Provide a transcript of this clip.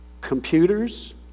computers